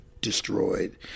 destroyed